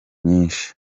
nyinshi